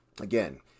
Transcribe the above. Again